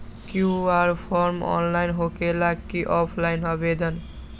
QR form online होकेला कि offline आवेदन?